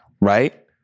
right